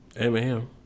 Amen